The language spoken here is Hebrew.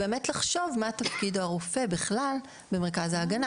מה לגבי זה מה תפקיד הרופא בכלל במרכז ההגנה.